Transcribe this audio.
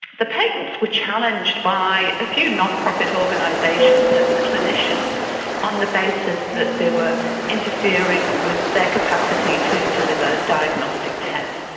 the patents were challenged by a few non-profit organisations and clinicians on the basis that they were interfering with their capacity to deliver diagnostic tests.